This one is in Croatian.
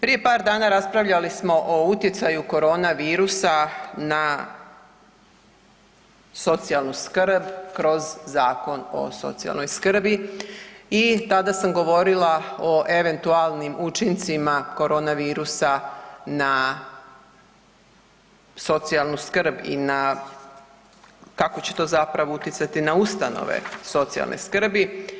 Prije par dana raspravljali smo o utjecaju korona virusa na socijalnu skrb kroz Zakon o socijalnoj skrbi i tada sam govorila o eventualnim učincima korona virusa na socijalnu skrb i na kako će to zapravo utjecati na ustanove socijalne skrbi.